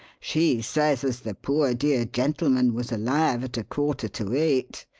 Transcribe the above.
she says as the poor dear gentleman was alive at a quarter to eight,